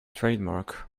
trademark